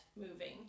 moving